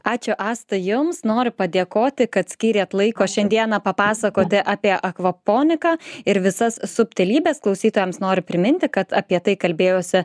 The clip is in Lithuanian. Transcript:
ačiū astai jums noriu padėkoti kad skyrėt laiko šiandieną papasakoti apie akvoponiką ir visas subtilybes klausytojams noriu priminti kad apie tai kalbėjausi